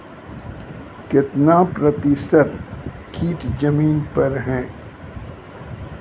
कितना प्रतिसत कीट जमीन पर हैं?